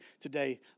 today